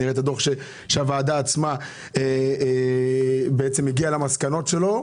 נראה את הדוח שהוועדה עצמה בעצם הגיעה למסקנות שלו,